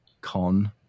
con